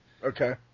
Okay